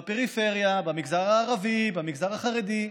בפריפריה, במגזר הערבי, במגזר החרדי.